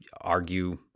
argue